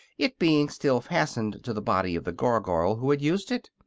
it being still fastened to the body of the gargoyle who had used it.